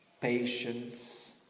patience